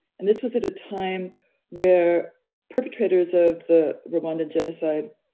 and this was at a time where perpetrators of the rwandan genocide,